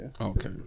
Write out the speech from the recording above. Okay